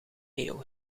eeuw